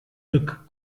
took